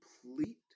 complete